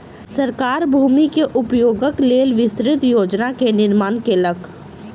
सरकार भूमि के उपयोगक लेल विस्तृत योजना के निर्माण केलक